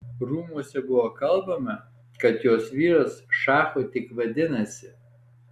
rūmuose buvo kalbama kad jos vyras šachu tik vadinasi